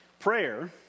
Prayer